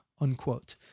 unquote